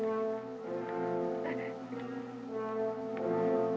oh oh